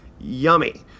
yummy